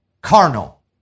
carnal